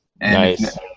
Nice